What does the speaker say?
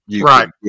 right